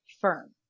firm